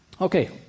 okay